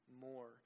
more